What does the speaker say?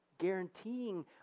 guaranteeing